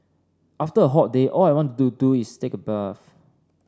after a hot day all I want to do is take a bath